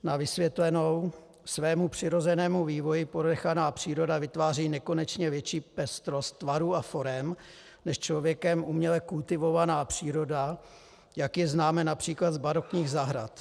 Na vysvětlenou, svému přirozenému vývoji ponechaná příroda vytváří nekonečně větší pestrost tvarů a forem než člověkem uměle kultivovaná příroda, jak ji známe například z barokních zahrad.